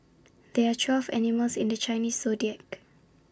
there are twelve animals in the Chinese Zodiac